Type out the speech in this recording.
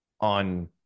on